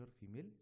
female